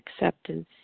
acceptance